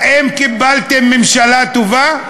האם קיבלתם ממשלה טובה?